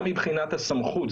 גם מבחינת הסמכות,